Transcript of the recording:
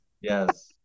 Yes